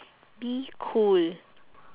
be cool